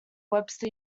webster